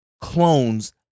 clones